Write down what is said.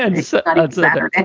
and this ah and letter, and